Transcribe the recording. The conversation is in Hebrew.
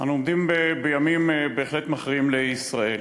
אנו עומדים בימים בהחלט מכריעים לישראל,